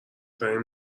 ترین